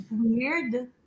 Weird